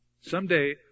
Someday